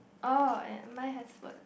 orh eh mine has words